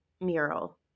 mural